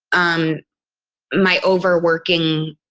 um my overworking,